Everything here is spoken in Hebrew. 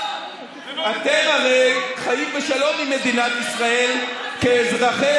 אתם הרי חיים בשלום עם מדינת ישראל כאזרחיה,